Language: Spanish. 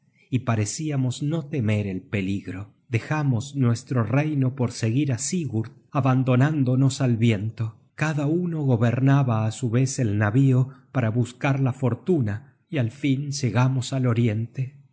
y parecíamos no temer el peligro dejamos nuestro reino por seguir á sigurd abandonándonos al viento cada uno gobernaba á su vez el navio para buscar la fortuna y al fin llegamos al oriente y